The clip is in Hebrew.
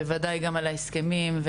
בוודאי גם על ההסכמים,